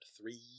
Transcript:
three